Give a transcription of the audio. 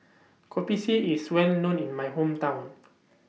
Kopi C IS Well known in My Hometown